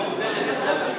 מעודנת מבחינת,